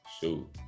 shoot